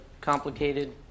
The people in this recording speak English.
complicated